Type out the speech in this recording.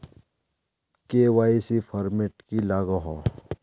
KYC format की लागोहो?